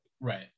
right